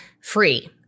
free